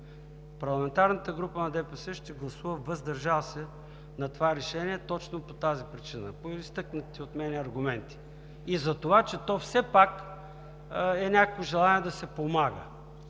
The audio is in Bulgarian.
Парламентарната група на ДПС ще гласува „въздържал се“ на това решение точно по тази причина, по изтъкнатите от мен аргументи и затова, че то все пак е някакво желание да се помага.